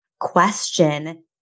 question